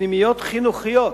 פנימיות חינוכיות: